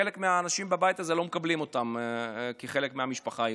חלק מהאנשים בבית הזה לא מקבלים אותם כחלק מהמשפחה היהודית.